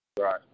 Right